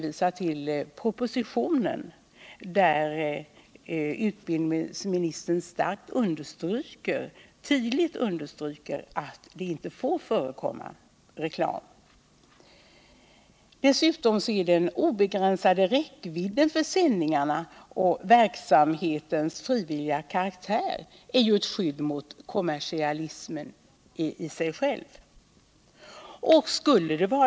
I propositionen stryker utbildningsministern tydligt under att det inte får förekomma reklam. Dessutom är ju den begränsade räckvidden för sändningarna och verksamhetens frivilliga karaktär i sig själv ett skydd mot kommersialismen.